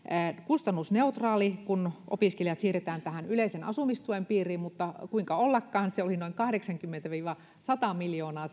kustannusneutraali kun opiskelijat siirretään yleisen asumistuen piiriin mutta kuinka ollakaan sen hintalappu oli noin kahdeksankymmentä viiva sata miljoonaa